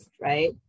right